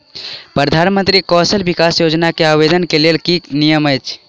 प्रधानमंत्री कौशल विकास योजना केँ आवेदन केँ लेल की नियम अछि?